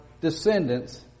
descendants